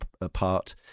apart